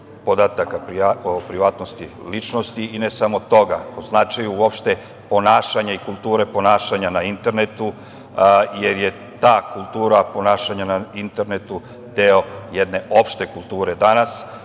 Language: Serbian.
podataka o privatnosti ličnosti i ne samo toga, o značaju opšte ponašanja i kulture ponašanja na internetu jer je ta kultura ponašanja na internetu deo jedne opšte kulture danas